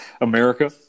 America